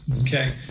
Okay